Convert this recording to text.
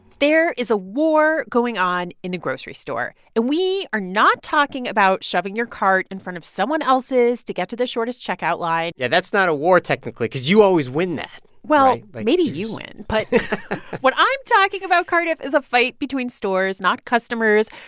there is a war going on in the grocery store, and we are not talking about shoving your cart in front of someone else's to get to the shortest checkout line yeah, that's not a war technically cause you always win that well, but maybe you win but what i'm talking about, cardiff, is a fight between stores, not customers.